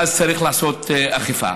ואז צריך לעשות אכיפה.